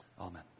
Amen